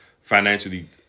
financially